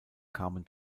kamen